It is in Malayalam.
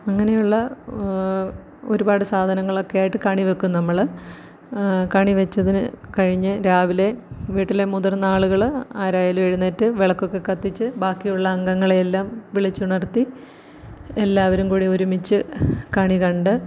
അങ്ങനെയുള്ള ഒരുപാട് സാധനങ്ങളൊക്കെയായിട്ട് കണി വെക്കും നമ്മൾ കണി വെച്ചതിന് കഴിഞ്ഞ് രാവിലെ വീട്ടിലെ മുതിർന്ന ആളുകൾ ആരായാലും എഴുന്നേറ്റ് വിളക്കൊക്കെ കത്തിച്ച് ബാക്കിയുള്ള അംഗങ്ങളെയെല്ലാം വിളിച്ചുണർത്തി എല്ലാവരും കൂടി ഒരുമിച്ച് കണി കണ്ട്